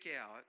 out